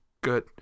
good